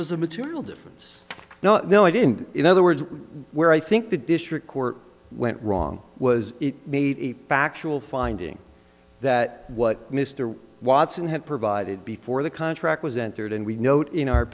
was a material difference now though i didn't in other words where i think the district court went wrong was it made a back channel finding that what mr watson had provided before the contract was entered and we note in our